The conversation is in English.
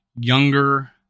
younger